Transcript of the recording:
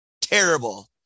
Terrible